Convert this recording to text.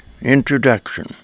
Introduction